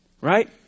right